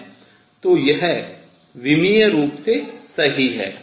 तो यह विमीय रूप से सही है